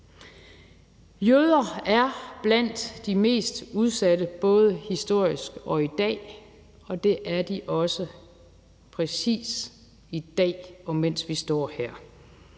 Jøderne er blandt de mest udsatte både historisk og i dag, og det er de også præcis i dag, mens vi står her.